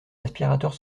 aspirateur